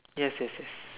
yes yes yes